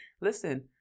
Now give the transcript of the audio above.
listen